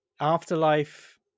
Afterlife